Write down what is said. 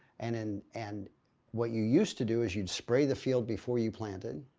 and and and what you used to do is you'd spray the field before you plant it,